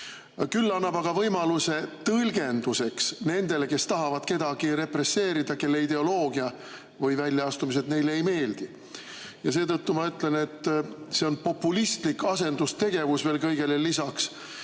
Küll annab see võimaluse tõlgenduseks nendele, kes tahavad represseerida kedagi, kelle ideoloogia või väljaastumised neile ei meeldi. Ja seetõttu ma ütlen, et see on populistlik asendustegevus veel kõigele lisaks,